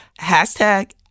Hashtag